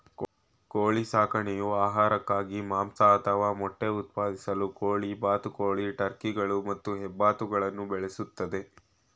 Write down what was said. ಕೋಳಿ ಸಾಕಣೆಯು ಆಹಾರಕ್ಕಾಗಿ ಮಾಂಸ ಅಥವಾ ಮೊಟ್ಟೆ ಉತ್ಪಾದಿಸಲು ಕೋಳಿ ಬಾತುಕೋಳಿ ಟರ್ಕಿಗಳು ಮತ್ತು ಹೆಬ್ಬಾತುಗಳನ್ನು ಬೆಳೆಸ್ತದೆ